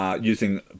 Using